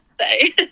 say